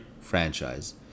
franchise